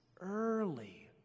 early